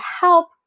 help